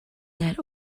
that